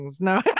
no